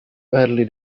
early